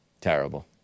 terrible